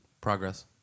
Progress